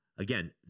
Again